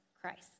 Christ